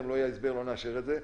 אם לא יהיה הסבר לא נאשר את זה.